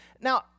Now